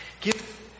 Give